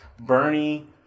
Bernie